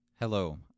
Hello